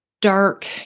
dark